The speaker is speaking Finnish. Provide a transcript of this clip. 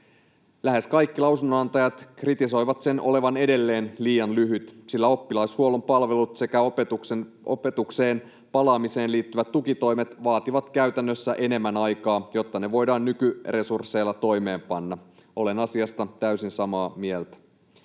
Lähes kaikki lausunnonantajat kritisoivat sen olevan edelleen liian lyhyt, sillä oppilashuollon palvelut sekä opetukseen palaamiseen liittyvät tukitoimet vaativat käytännössä enemmän aikaa, jotta ne voidaan nykyresursseilla toimeenpanna. Olen asiasta täysin samaa mieltä.